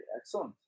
excellent